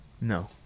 No